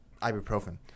ibuprofen